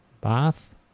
bath